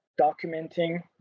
documenting